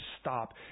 stop